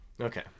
Okay